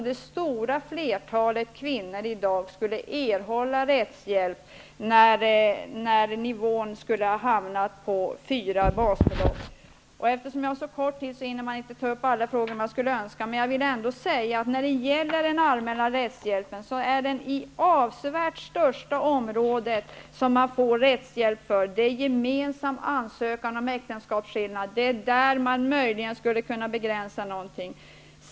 Det stora flertalet kvinnor i dag skulle erhålla rättshjälp om nivån skulle vara fyra basbelopp. Eftersom jag har så litet tid på mig, hinner jag inte ta upp alla de frågor som jag skulle önska. Jag vill ändå säga när det gäller den allmänna rättshjälpen att är det absolut största område som man får rättshälp för är gemensam ansökan om äktenskapsskillnad. Det är där man möjligen skulle kunna begränsa något.